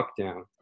lockdown